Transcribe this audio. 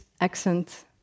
accent